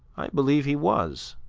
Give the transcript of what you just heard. i believe he was.